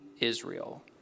Israel